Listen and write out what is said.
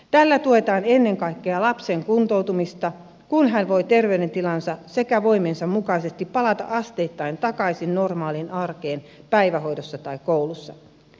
tällä tuetaan ennen kaikkea lapsen kuntoutumista kun hän voi terveydentilansa sekä voimiensa mukaisesti palata asteittain takaisin normaaliin arkeen päivähoidossa tai koulussa